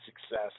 success